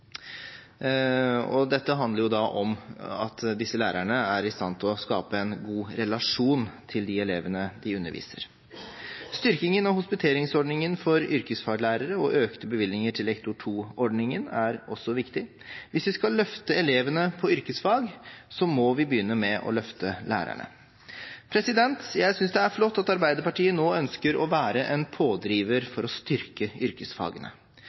om at disse lærerne er i stand til å skape en god relasjon til de elevene de underviser. Styrkingen og hospiteringsordningen for yrkesfaglærere og økte bevilgninger til Lektor 2-ordningen er også viktig. Hvis vi skal løfte elevene på yrkesfag, må vi begynne med å løfte lærerne. Jeg synes det er flott at Arbeiderpartiet nå ønsker å være en pådriver for å styrke yrkesfagene,